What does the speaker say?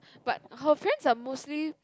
but her friends are mostly